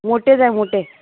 मोटे जाय मोटे